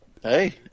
Hey